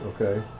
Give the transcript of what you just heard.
Okay